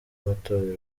matorero